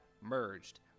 merged